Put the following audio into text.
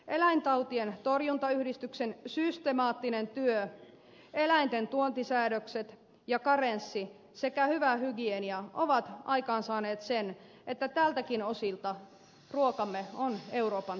eläintautien torjuntayhdistyksen systemaattinen työ eläinten tuontisäädökset ja karenssi sekä hyvä hygienia ovat aikaansaaneet sen että tältäkin osin ruokamme on euroopan turvallisinta